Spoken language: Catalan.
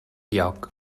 lloc